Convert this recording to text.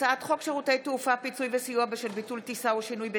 הצעת חוק שירותי תעופה (פיצוי וסיוע בשל ביטול טיסה או שינוי בתנאיה)